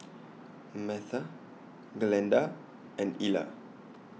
Metha Glenda and Illa